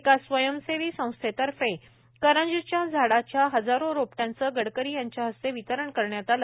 एका स्वयंसेवी संस्थेतर्फे करंजच्या झाडाच्या हजारो रोपट्यांचं गडकरी यांच्या हस्ते वितरण करण्यात आलं